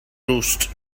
roost